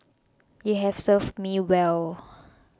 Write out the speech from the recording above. you have served me well